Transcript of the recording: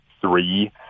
three